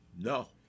no